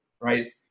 right